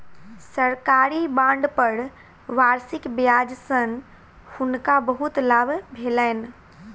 सरकारी बांड पर वार्षिक ब्याज सॅ हुनका बहुत लाभ भेलैन